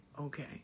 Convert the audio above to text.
Okay